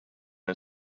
and